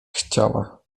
chciała